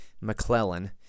McClellan